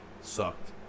sucked